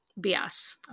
BS